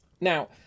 Now